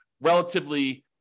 relatively